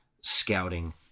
scouting